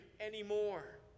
anymore